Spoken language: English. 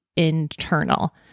Internal